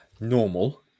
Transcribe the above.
normal